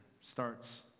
starts